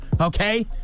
Okay